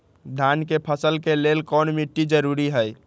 धान के फसल के लेल कौन मिट्टी जरूरी है?